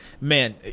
man